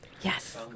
Yes